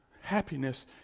happiness